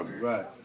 Right